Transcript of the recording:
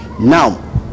now